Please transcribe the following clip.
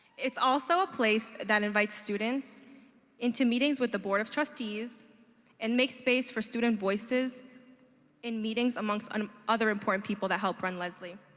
it's also a place that invites students into meetings with the board of trustees and make space for student voices in meetings amongst um other important people that help run lesley.